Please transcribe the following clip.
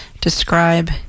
describe